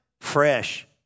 Fresh